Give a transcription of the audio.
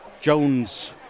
jones